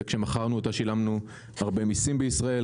כשמכרנו אותה שילמנו הרבה מסים בישראל,